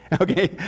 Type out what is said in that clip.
okay